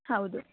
ಹೌದು